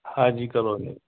Haji colony